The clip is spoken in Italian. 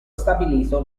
stabilito